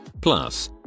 Plus